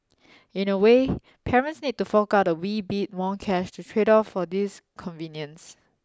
in a way parents need to fork out a wee bit more cash to trade off for this convenience